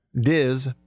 Diz